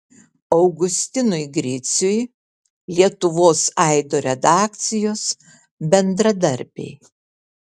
augustinui griciui lietuvos aido redakcijos bendradarbiai